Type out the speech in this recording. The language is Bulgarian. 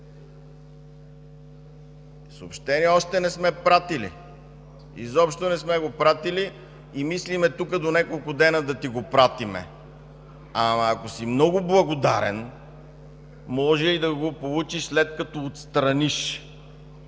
Съобщение още не сме пратили, изобщо не сме го пратили и мислим до няколко дни да ти го пратим. Но ако си много благодарен, може и да го получиш, след като отстраниш